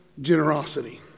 generosity